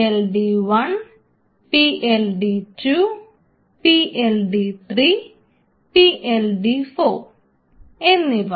PLD1 PLD2 PLD3 PLD4 എന്നിവ